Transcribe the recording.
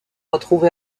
retrouvés